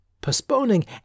Postponing